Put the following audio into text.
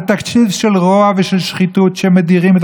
זה תקציב של רוע ושל שחיתות שמדירים את